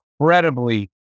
incredibly